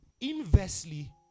inversely